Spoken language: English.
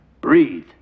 Breathe